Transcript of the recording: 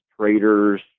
traders